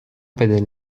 بدل